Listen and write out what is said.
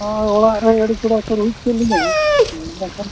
ᱦᱮᱸ ᱚᱲᱟᱜ ᱨᱮᱦᱚᱸ ᱟᱹᱰᱤ ᱪᱮᱨᱦᱟ ᱠᱚ ᱨᱩᱦᱮᱫ ᱠᱮᱫ ᱞᱤᱧᱟ ᱦᱮᱸ ᱵᱟᱝᱠᱷᱟᱱ